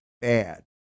bad